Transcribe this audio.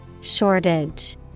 Shortage